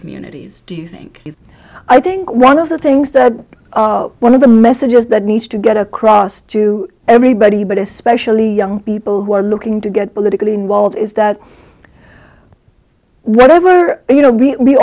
communities do you think is i think one of the things that one of the messages that needs to get across to everybody but especially young people who are looking to get politically involved is that whatever you know we